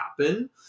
happen